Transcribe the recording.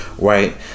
Right